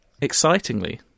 Excitingly